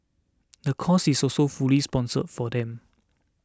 the course is also fully sponsored for them